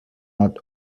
not